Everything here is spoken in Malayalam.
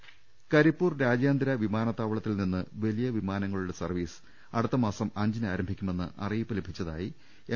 ള്ള്ളിട്ടും പ കരിപ്പൂർ രാജ്യാന്തര വിമാനത്താവളത്തിൽ നിന്ന് വലിയ വിമാന സർവീസ് അടുത്തമാസം അഞ്ചിന് ആരംഭിക്കുമെന്ന് അറിയിപ്പ് ലഭിച്ചതായി എം